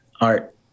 art